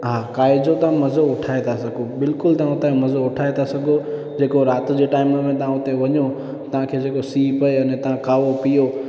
आहे कावे जो त मज़ो उठाए था सघो बिल्कुलु तव्हां मज़ो उठाए था सघो जेको राति जे टाइम में तव्हां ते वञो तव्हांखे जेको सीउ पए अने तव्हां कावो पीओ